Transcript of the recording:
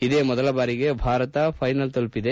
ಇದೇ ಮೊದಲ ಬಾರಿಗೆ ಭಾರತ ಫೈನಲ್ ತಲುಪಿದೆ